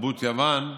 תרבות יוון,